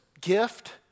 gift